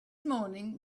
morning